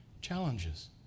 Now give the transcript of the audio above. challenges